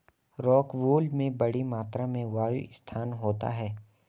rockwool में बड़ी मात्रा में वायु स्थान होता है